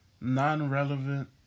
non-relevant